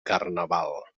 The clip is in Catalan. carnaval